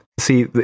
See